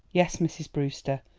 yes, mrs. brewster,